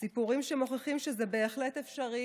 סיפורים שמוכיחים שזה בהחלט אפשרי